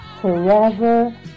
forever